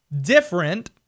different